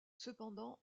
cependant